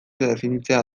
definitzea